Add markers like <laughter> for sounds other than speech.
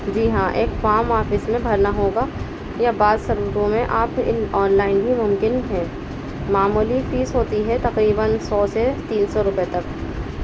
جی ہاں ایک form office میں بھرنا ہوگا یا <unintelligible> میں آپ ان آنلائن ہی ممکن ہے معمولی فیس ہوتی ہے تقریباً سو سے تین سو روپے تک